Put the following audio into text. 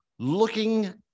looking